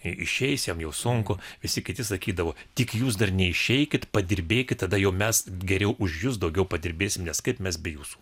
išeis jam jau sunku visi kiti sakydavo tik jūs dar neišeikit padirbėkit tada jau mes geriau už jus daugiau padirbėsim nes kaip mes be jūsų